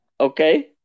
Okay